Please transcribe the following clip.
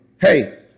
hey